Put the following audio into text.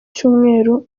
cyumweru